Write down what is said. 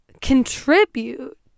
contribute